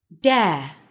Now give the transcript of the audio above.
Dare